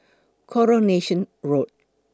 Coronation Road